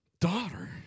daughter